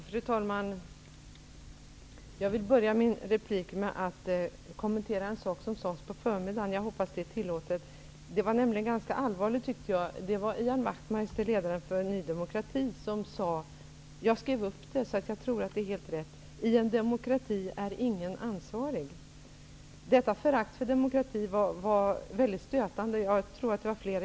Fru talman! Jag vill börja min replik med att kommentera något som sades på förmiddagen. Jag hoppas att det är tillåtet. Jag tyckte att det var ganska allvarligt. Ledaren för Ny demokrati, Ian Wachtmeister, sade: I en demokrati är ingen ansvarig. Detta förakt för demokrati var mycket stötande.